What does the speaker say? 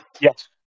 Yes